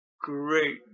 great